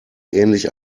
ähnlich